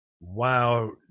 Wow